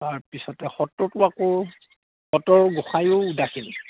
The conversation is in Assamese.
তাৰপিছতে সত্ৰতো আকৌ সত্ৰৰ গোঁসায়ো উদাসীন